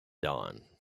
dawn